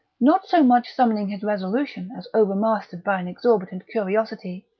not so much summoning his resolution as overmastered by an exhorbitant curiosity,